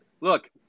look